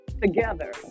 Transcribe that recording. together